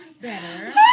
better